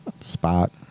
Spot